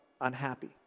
unhappy